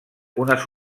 unes